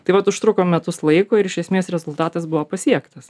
tai vat užtruko metus laiko ir iš esmės rezultatas buvo pasiektas